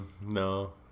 No